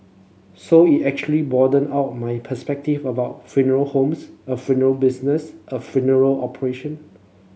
so it actually broadened out my perspective about funeral homes a funeral business a funeral operation